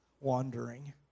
wandering